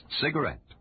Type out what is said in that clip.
cigarette